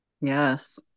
Yes